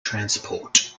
transport